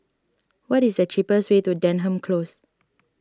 what is the cheapest way to Denham Close